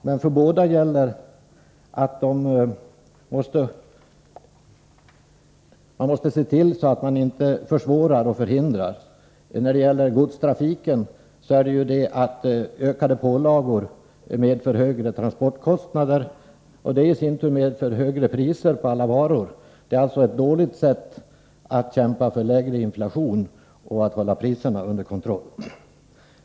Men för båda gäller att man måste se till att man inte försvårar och förhindrar. När det gäller godstrafiken är det fråga om att ökade pålagor medför högre transportkostnader, och det i sin tur medför högre priser på alla varor. Det är alltså ett dåligt sätt om man vill kämpa för lägre inflation och hålla priserna under kontroll.